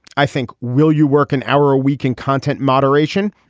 i think will you work an hour a week in content moderation.